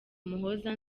muhoza